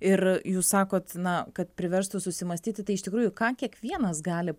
ir jūs sakot na kad priverstų susimąstyti tai iš tikrųjų ką kiekvienas gali